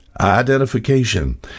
identification